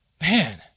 man